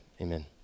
amen